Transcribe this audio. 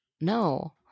no